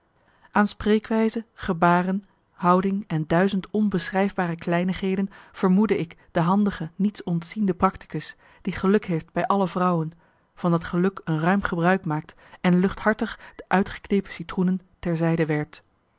aan spreekwijze gebaren houding en duizend onbeschrijfbare kleinigheden vermoedde ik de handige niets ontziende practicus die geluk heeft bij alle vrouwen van dat geluk een ruim gebruik maakt en luchthartig de uitgeknepen citroenen ter